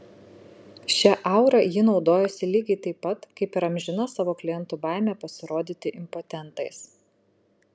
šia aura ji naudojosi lygiai taip pat kaip ir amžina savo klientų baime pasirodyti impotentais